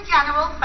General